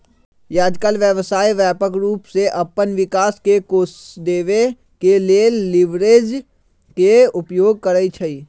याजकाल व्यवसाय व्यापक रूप से अप्पन विकास के कोष देबे के लेल लिवरेज के उपयोग करइ छइ